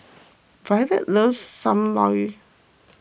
Violet loves Sam Lau